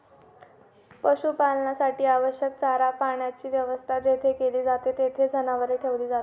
पशुपालनासाठी आवश्यक चारा पाण्याची व्यवस्था जेथे केली जाते, तेथे जनावरे ठेवली जातात